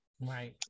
Right